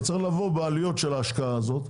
צריך לבוא בעלויות של ההשקעה הזאת,